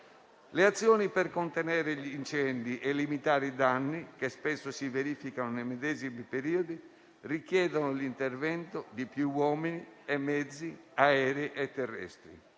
Le azioni per contenere gli incendi e limitare i danni, che spesso si verificano nei medesimi periodi, richiedono l'intervento di più uomini e mezzi aerei e terrestri,